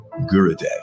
Gurudev